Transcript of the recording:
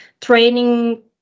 training